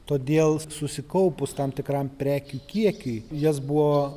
todėl susikaupus tam tikram prekių kiekiui jas buvo